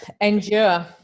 Endure